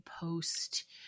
post